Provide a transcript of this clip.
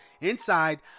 inside